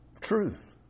truth